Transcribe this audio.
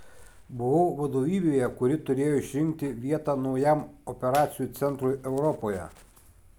buvau vadovybėje kuri turėjo išrinkti vietą naujam operacijų centrui europoje